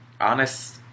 honest